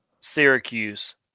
Syracuse